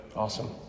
awesome